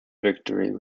victory